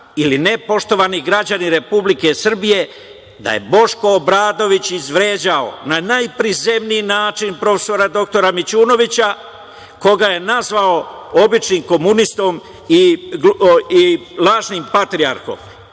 ili ne, poštovani građani Republike Srbije, da je Boško Obradović izvređao na najprizemniji način prof. dr Mićunovića, koga je nazvao običnim komunistom i lažnim patrijarhom?